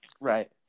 Right